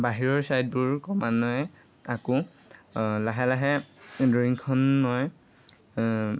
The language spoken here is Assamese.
বাহিৰৰ ছাইডবোৰ ক্ৰমান্বয়ে আঁকো লাহে লাহে ড্ৰয়িংখন মই